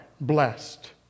blessed